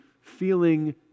feeling